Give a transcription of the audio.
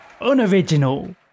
unoriginal